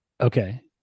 Okay